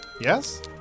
Yes